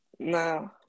No